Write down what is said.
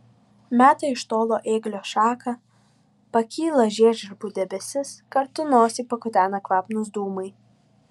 meta iš tolo ėglio šaką pakyla žiežirbų debesis kartu nosį pakutena kvapnūs dūmai